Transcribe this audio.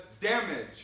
damage